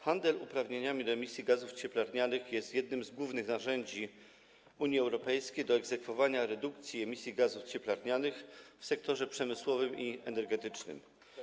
Handel uprawnieniami do emisji gazów cieplarnianych jest jednym z głównych narzędzi Unii Europejskiej do egzekwowania redukcji emisji gazów cieplarnianych w sektorze przemysłowym i energetycznym.